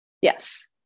Yes